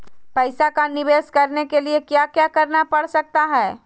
पैसा का निवेस करने के लिए क्या क्या करना पड़ सकता है?